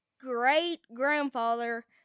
great-grandfather